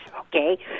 Okay